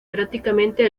prácticamente